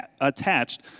attached